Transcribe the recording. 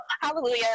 hallelujah